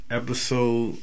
episode